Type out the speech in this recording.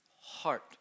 heart